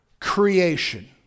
creation